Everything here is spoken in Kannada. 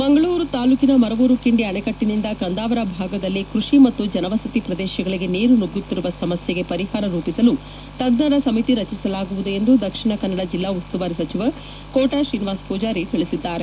ಮಂಗಳೂರು ತಾಲೂಕಿನ ಮರವೂರು ಕಿಂಡಿ ಅಣೆಕಟ್ಟನಿಂದ ಕಂದಾವರ ಭಾಗದಲ್ಲಿ ಕೃಷಿ ಮತ್ತು ಜನವಸತಿ ಪ್ರದೇಶಗಳಿಗೆ ನೀರು ನುಗ್ಗುತ್ತಿರುವ ಸಮಸೈಗೆ ಪರಿಹಾರ ರೂಪಿಸಲು ತಜ್ಞರ ಸಮಿತಿ ರಚಿಸಲಾಗುವುದು ಎಂದು ದಕ್ಷಿಣಕನ್ನಡ ಜಿಲ್ಲಾ ಉಸ್ತುವಾರಿ ಸಚಿವ ಕೋಟ ಶ್ರೀನಿವಾಸ ಪೂಜಾರಿ ತಿಳಿಸಿದ್ದಾರೆ